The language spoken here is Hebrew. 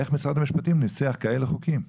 איך משרד המשפטים ניסח כאלה חוקים?